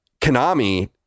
Konami